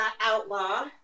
Outlaw